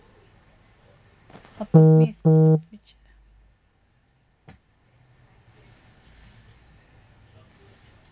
optimist which